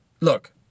look